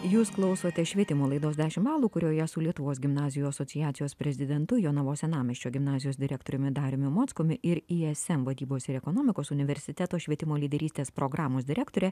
jūs klausote švietimo laidos dešimt balų kurioje su lietuvos gimnazijų asociacijos prezidentu jonavos senamiesčio gimnazijos direktoriumi dariumi mockumi ir ism vadybos ir ekonomikos universiteto švietimo lyderystės programos direktore